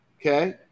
Okay